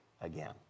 again